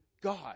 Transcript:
God